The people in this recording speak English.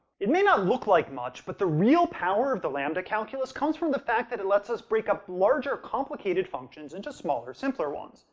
it may not look like much, but the real power of the lambda calculus comes from the fact that it lets us break up larger, complicated functions into smaller, simpler ones.